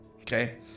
Okay